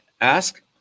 ask